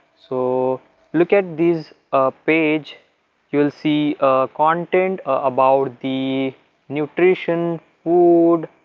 so look at this page you'll see content about the nutrition food,